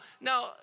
now